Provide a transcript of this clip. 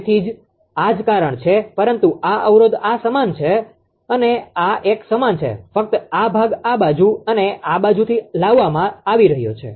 તેથી આ જ કારણ છે પરંતુ આ અવરોધ આ સમાન છે અને આ એક સમાન છે ફક્ત આ ભાગ આ બાજુ અને આ બાજુથી લાવવામાં આવી રહ્યો છે